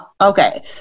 Okay